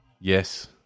Yes